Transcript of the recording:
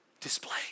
display